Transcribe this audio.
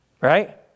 right